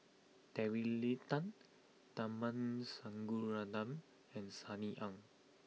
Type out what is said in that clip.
Terry Tan Tharman Shanmugaratnam and Sunny Ang